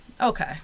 Okay